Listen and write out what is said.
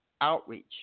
Outreach